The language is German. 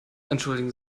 entschuldigen